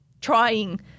Trying